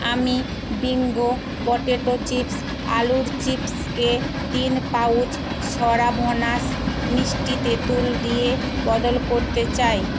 আমি bingo potato chips আলুর চিপসকে তিন পাউচ সরাভনাস মিষ্টি তেঁতুল দিয়ে বদল করতে চাই